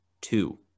two